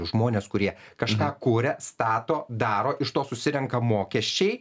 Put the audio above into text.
žmones kurie kažką kuria stato daro iš to susirenka mokesčiai